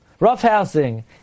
roughhousing